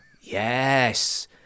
Yes